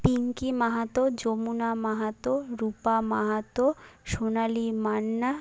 Pinki Mahato Jamuna Mahato Rupa Mahato Sonali Manna